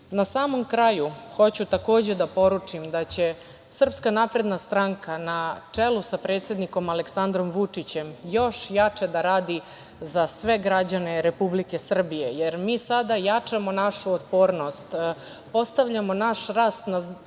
samom kraju hoću da poručim da će SNS na čelu sa predsednikom Aleksandrom Vučićem još jače da radi za sve građane Republike Srbije, jer mi sada jačamo našu otpornost, postavljamo naš rast na zdrav